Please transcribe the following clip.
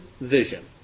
vision